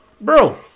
Bro